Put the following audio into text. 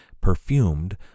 perfumed